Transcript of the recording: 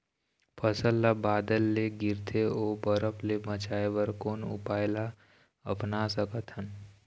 फसल ला बादर ले गिरथे ओ बरफ ले बचाए बर कोन उपाय ला अपना सकथन?